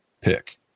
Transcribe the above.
pick